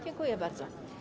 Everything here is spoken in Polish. Dziękuję bardzo.